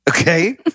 Okay